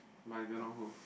but I don't know who